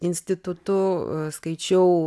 institutu skaičiau